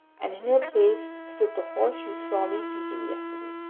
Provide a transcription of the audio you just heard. and in her place stood the horse you saw me beating yesterday.